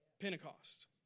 Pentecost